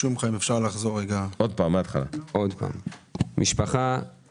אנחנו מתחילים